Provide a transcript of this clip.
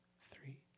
three